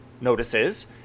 notices